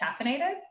caffeinated